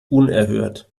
unerhört